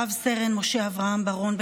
רב-סרן משה אברהם בר-און,